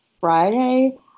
friday